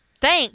thanks